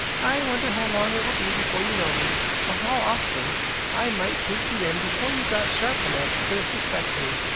i wonder how long it will be before you know me or how often i might take you in before you got sharp enough to suspect me.